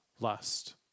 lust